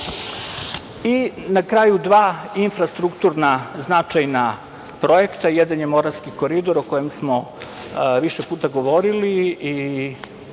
kraju dva infrastrukturna značajna projekta. Jedan je Moravski koridor o kojem smo više puta govorili i